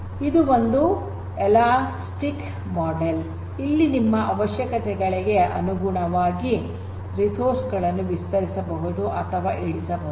ಇದು ಒಂದು elastic model ಇಲ್ಲಿ ನಿಮ್ಮ ಅವಶ್ಯಕತೆಗಳಿಗೆ ಅನುಸಾರವಾಗಿ ರಿಸೋರ್ಸ್ ಗಳನ್ನು ವಿಸ್ತರಿಸಬಹುದು ಅಥವಾ ಇಳಿಸಬಹುದು